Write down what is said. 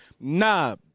Nah